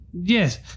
Yes